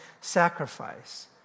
sacrifice